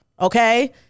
Okay